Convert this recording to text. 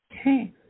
Okay